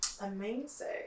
Amazing